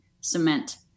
cement